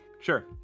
sure